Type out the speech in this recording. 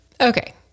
Okay